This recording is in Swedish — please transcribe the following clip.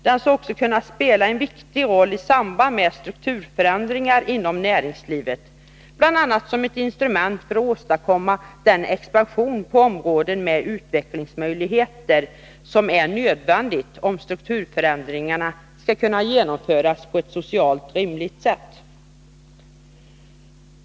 Den skall också kunna spela en viktig roll i samband med strukturförändringar inom näringslivet, bl.a. som ett instrument för att åstadkomma den expansion på områden med utvecklingsmöjligheter som är nödvändig för att strukturförändringarna skall kunna genomföras på ett socialt rimligt sätt.